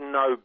no